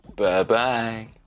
Bye-bye